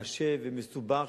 קשה ומסובך,